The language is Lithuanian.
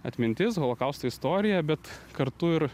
atmintis holokausto istorija bet kartu ir